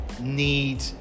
need